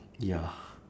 ya